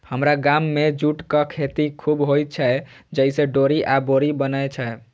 हमरा गाम मे जूटक खेती खूब होइ छै, जइसे डोरी आ बोरी बनै छै